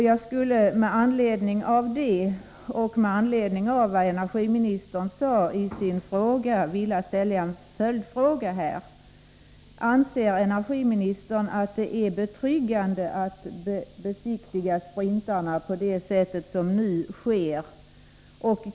Jag skulle med anledning dels av denna uppgift, dels av vad energiministern sade i sitt svar vilja ställa två följdfrågor: Anser energiministern att det är betryggande att sprintarna besiktigas på det sätt som nu sker?